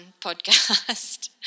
podcast